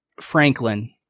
franklin